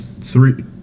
three